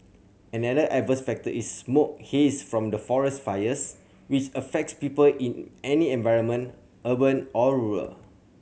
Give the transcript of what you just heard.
another adverse factor is smoke haze from forest fires which affects people in any environment urban or rural